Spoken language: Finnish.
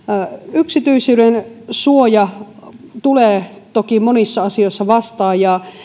yksityisyyden suoja tulee toki monissa asioissa vastaan ja